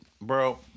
Bro